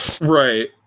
Right